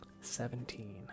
Seventeen